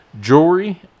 jewelry